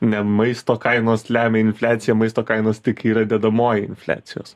ne maisto kainos lemia infliaciją maisto kainos tik yra dedamoji infliacijos